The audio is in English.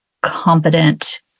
competent